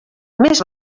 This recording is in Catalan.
més